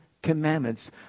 Commandments